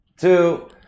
two